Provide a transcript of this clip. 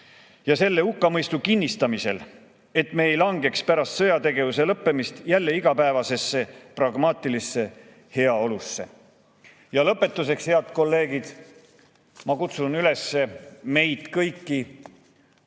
ja selle hukkamõistu kinnistamisel, et me ei langeks pärast sõjategevuse lõppemist jälle igapäevasesse pragmaatilisse heaolusse. Lõpetuseks, head kolleegid, ma kutsun meid kõiki